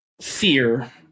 fear